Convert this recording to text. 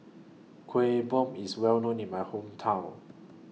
Kuih Bom IS Well known in My Hometown